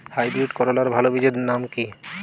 Hybrid করলার ভালো বীজের নাম কি?